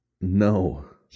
No